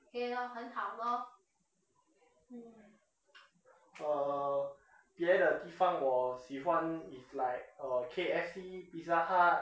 uh 别的地方我喜欢 is like uh K_F_C Pizza Hut